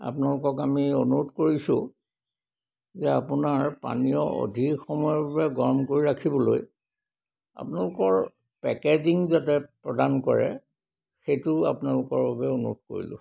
আপোনালোকক আমি অনুৰোধ কৰিছোঁ যে আপোনাৰ পানীয় অধিক সময়ৰ বাবে গৰম কৰি ৰাখিবলৈ আপোনালোকৰ পেকেজিং যাতে প্ৰদান কৰে সেইটো আপোনালোকৰ বাবে অনুৰোধ কৰিলোঁ